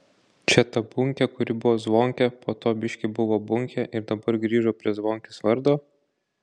čia ta bunkė kuri buvo zvonkė po to biškį buvo bunkė ir dabar grįžo prie zvonkės vardo